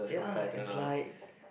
ya it's like